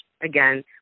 again